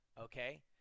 Okay